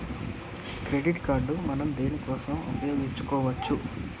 Credit card మనం దేనికోసం ఉపయోగించుకోవచ్చు?